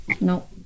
No